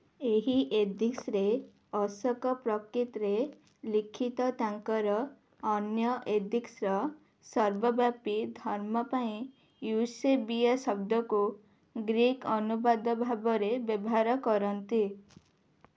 ଏହି ଏଡ଼ିକ୍ସରେ ଅଶୋକ ପ୍ରକ୍ରିଟରେ ଲିଖିତ ତାଙ୍କର ଅନ୍ୟ ଏଡ଼ିକ୍ସର ସର୍ବବ୍ୟାପୀ ଧର୍ମ ପାଇଁ ୟୁସେବିଆ ଶବ୍ଦକୁ ଗ୍ରୀକ୍ ଅନୁବାଦ ଭାବରେ ବ୍ୟବହାର କରନ୍ତି